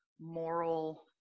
moral